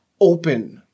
open